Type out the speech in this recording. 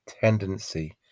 tendency